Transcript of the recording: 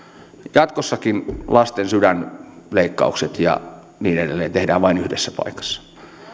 jatkossakin lasten sydänleikkaukset ja niin edelleen tehdään vain yhdessä paikassa